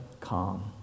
calm